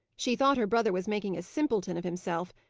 she thought her brother was making a simpleton of himself,